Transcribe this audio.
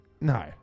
No